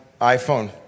iPhone